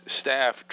staff